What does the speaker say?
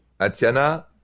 Atiana